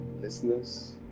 listeners